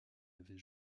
avait